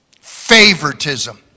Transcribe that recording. Favoritism